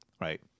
Right